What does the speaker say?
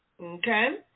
okay